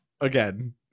Again